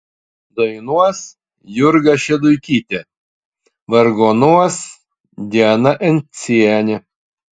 dainuos jurga šeduikytė vargonuos diana encienė